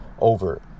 over